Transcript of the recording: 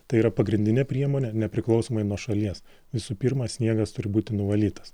tai yra pagrindinė priemonė nepriklausomai nuo šalies visų pirma sniegas turi būti nuvalytas